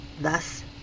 thus